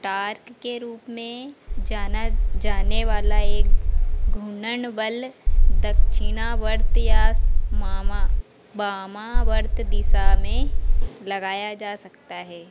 torque के रूप में जाना जाने वाला एक घुंडण बल दक्षिणावर्त या मामा वामावर्त दिशा में लगाया जा सकता है